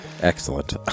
Excellent